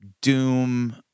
doom